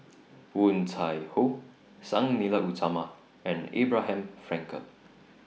Woon Tai Ho Sang Nila Utama and Abraham Frankel